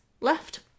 left